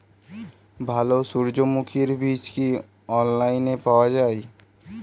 ভালো সূর্যমুখির বীজ কি অনলাইনে পাওয়া যায়?